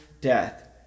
death